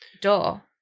door